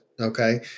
okay